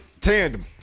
tandem